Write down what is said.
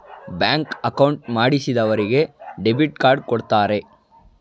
bank account ಮಾಡಿಸಿದರಿಗೆ debit card ಕೊಡ್ತಾರೆ